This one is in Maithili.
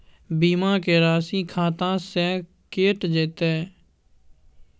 बीमा के राशि खाता से कैट जेतै?